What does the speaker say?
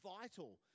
vital